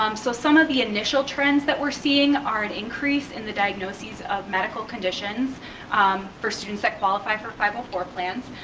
um so some of the initial trends that we're seeing are an increase in the diagnoses of medical conditions um for students that qualify for five ah hundred plans,